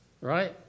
right